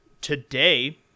Today